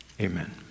Amen